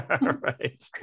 Right